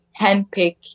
handpick